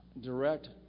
direct